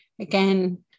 Again